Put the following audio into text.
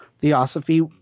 Theosophy